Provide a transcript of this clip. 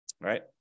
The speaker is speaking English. right